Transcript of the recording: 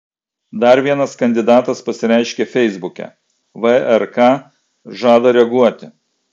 dar vienas kandidatas pasireiškė feisbuke vrk žada reaguoti